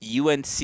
unc